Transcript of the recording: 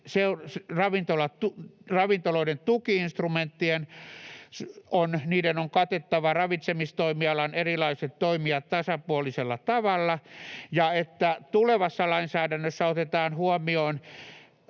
ravintoloiden tuki-instrumenttien on katettava ravitsemistoimialan erilaiset toimijat tasapuolisella tavalla ja että tulevassa lainsäädännössä otetaan huomioon